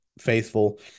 faithful